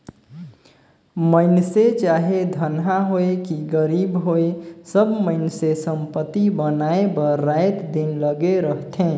मइनसे चाहे धनहा होए कि गरीब होए सब मइनसे संपत्ति बनाए बर राएत दिन लगे रहथें